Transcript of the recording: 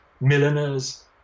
milliners